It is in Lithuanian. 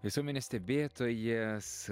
visuomenės stebėtojas